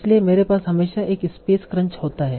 इसलिए मेरे पास हमेशा एक स्पेस क्रंच होता है